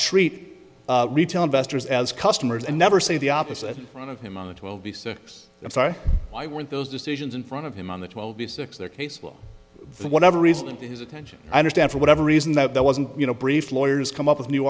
treat retail investors as customers and never say the opposite front of him on it will be six i'm sorry why weren't those decisions in front of him on the twelve the six their case for whatever reason and his attention i understand for whatever reason that there wasn't you know brief lawyers come up with new